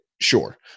Sure